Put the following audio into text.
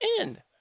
end